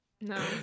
No